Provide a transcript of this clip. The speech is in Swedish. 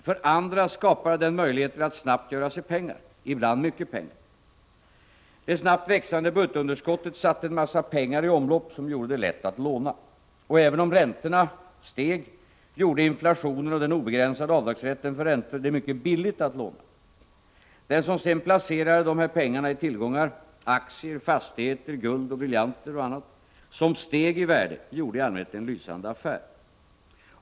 För andra skapade den möjligheter att snabbt göra sig pengar, ibland mycket pengar. Det snabbt växande budgetunderskottet satte en massa pengar i omlopp, som gjorde det lätt att låna. Och även om räntorna steg, gjorde inflationen och den obegränsade avdragsrätten för räntor det mycket billigt att låna. Den som sedan placerade dessa pengar i tillgångar — aktier, fastigheter, guld och briljanter och annat — som steg i värde, gjorde i allmänhet en lysande affär.